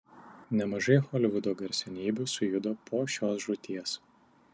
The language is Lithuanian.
nemažai holivudo garsenybių sujudo po šios žūties